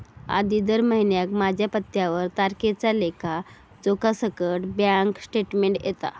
आधी दर महिन्याक माझ्या पत्त्यावर तारखेच्या लेखा जोख्यासकट बॅन्क स्टेटमेंट येता